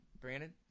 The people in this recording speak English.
Brandon